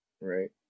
right